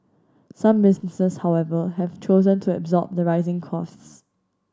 some businesses however have chosen to absorb the rising costs